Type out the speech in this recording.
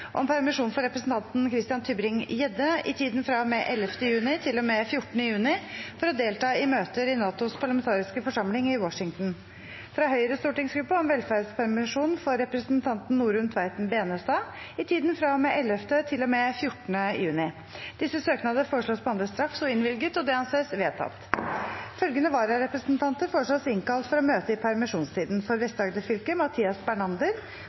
om permisjon for representanten Christian Tybring-Gjedde i tiden fra og med 11. juni til og med 14. juni for å delta i møter i NATOs parlamentariske forsamling i Washington fra Høyres stortingsgruppe om velferdspermisjon for representanten Norunn Tveiten Benestad i tiden fra og med 11. juni til og med 14. juni Etter forslag fra presidenten ble enstemmig besluttet: Søknadene behandles straks og innvilges. Følgende vararepresentanter innkalles for å møte i permisjonstiden: For Vest-Agder fylke: Mathias Bernander